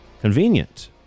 Convenient